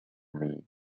أمي